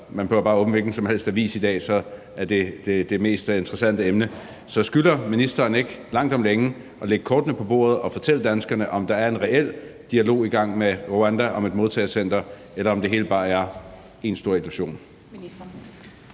kan jo bare åbne hvilken som helst avis i dag, og så kan man se, at det er det mest interessante emne. Så skylder ministeren ikke langt om længe at lægge kortene på bordet og fortælle danskerne, om der er en reel dialog i gang med Rwanda om et modtagecenter, eller om det hele bare er én stor illusion?